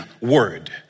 word